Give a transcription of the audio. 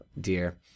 Dear